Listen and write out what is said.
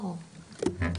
רגע.